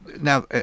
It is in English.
now